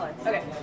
Okay